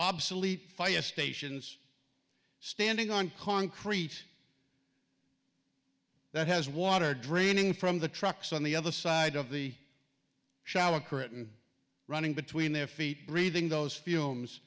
obsolete fire stations standing on concrete that has water draining from the trucks on the other side of the shower curtain running between their feet breathing those films